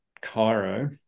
Cairo